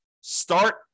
Start